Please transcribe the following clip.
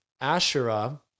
Asherah